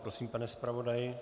Prosím, pane zpravodaji.